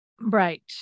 Right